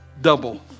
double